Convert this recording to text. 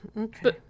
Okay